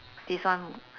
this one